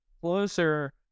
closer